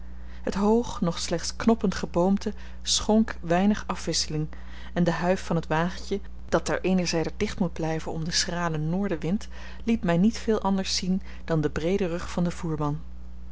het hoog nog slechts knoppend geboomte schonk weinig afwisseling en de huif van het wagentje dat ter eener zijde dicht moet blijven om den schralen noordenwind liet mij niet veel anders zien dan den breeden rug van den voerman